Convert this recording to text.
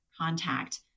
contact